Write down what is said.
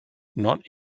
not